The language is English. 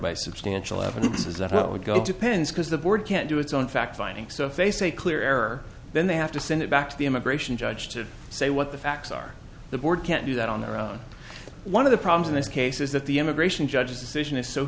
by substantial evidence is that it would go depends because the board can't do its own fact finding so face a clear error then they have to send it back to the immigration judge to say what the facts are the board can't do that on their own one of the problems in this case is that the immigration judge's decision is so